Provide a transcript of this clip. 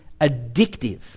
addictive